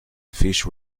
fish